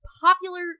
popular